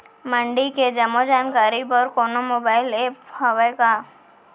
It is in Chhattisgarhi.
मंडी के जम्मो जानकारी बर कोनो मोबाइल ऐप्प हवय का?